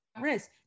risk